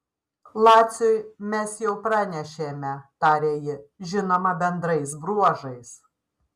laciui mes jau pranešėme tarė ji žinoma bendrais bruožais